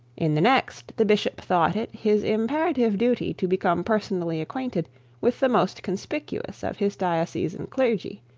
in the next, the bishop thought it his imperative duty to become personally acquainted with the most conspicuous of his diocesan clergy